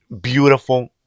beautiful